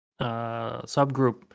subgroup